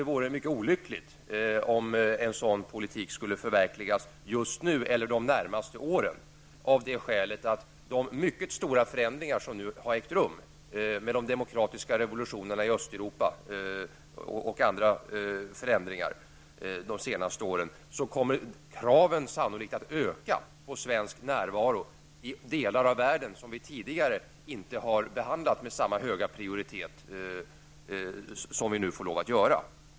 Det vore mycket olyckligt om en sådan politik skulle förverkligas just nu eller de närmaste åren på grund av de mycket stora förändringar som har ägt rum. Med de demokratiska revolutionerna i Östeuropa och andra förändringar de senaste åren kommer kraven på svensk närvaro sannolikt att öka i många delar av världen.